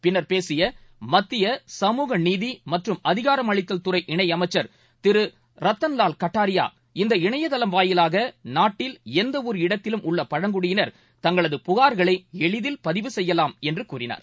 பின்ளர் பேசியமத்திய சமூக நீதிமற்றும் அதிகாரமளித்தல் துறை இணையமைச்சர் திருரத்தன் வால் கத்தாரியா இந்த இணையதளம் வாயிலாகநாட்டில் எந்தஒரு இடத்திலும் உள்ளபழங்குடியினர் தங்களது புகார்களைஎளிதில் பதிவு செய்யலாம் என்றுகூறினார்